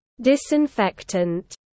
disinfectant